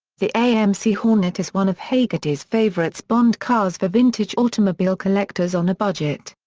the amc hornet is one of hagerty's favorites bond cars for vintage automobile collectors on a budget.